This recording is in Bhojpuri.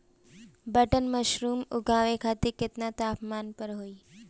बटन मशरूम उगावे खातिर केतना तापमान पर होई?